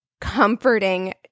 comforting